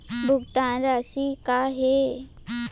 भुगतान राशि का हे?